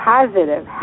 Positive